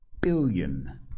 billion